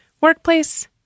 Workplace